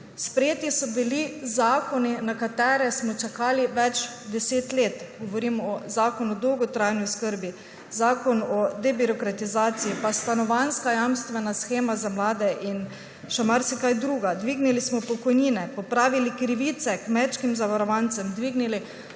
Sprejeti so bili zakoni, na katere smo čakali več deset let, govorim o Zakonu o dolgotrajni oskrbi, Zakonu o debirokratizaciji pa o Zakonu stanovanjski jamstveni shemi za mlade, in še marsikaj drugega, dvignili smo pokojnine, popravili krivice kmečkim zavarovancem, dvignili